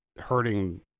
hurting